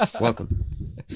Welcome